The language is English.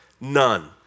None